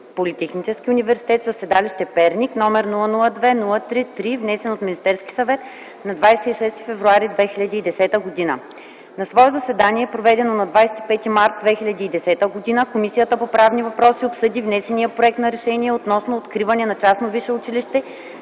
политехнически университет” със седалище Перник, № 002-03-3, внесен от Министерски съвет на 26 февруари 2010 г. На свое заседание, проведено на 25 март 2010 г., Комисията по правни въпроси обсъди внесения проект за решение относно откриване на частно висше училище